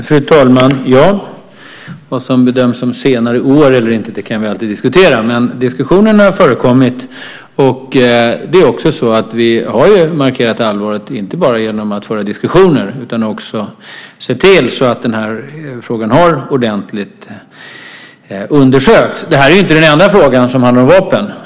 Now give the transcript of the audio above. Fru talman! Vi kan alltid diskutera vad som bedöms som senare år, men diskussionen har förekommit. Vi har också markerat allvaret inte bara genom att föra diskussioner, utan vi har också sett till att den här frågan har undersökts ordentligt. Det här är som bekant inte den enda frågan som handlar om vapen.